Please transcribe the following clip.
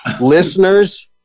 listeners